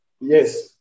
Yes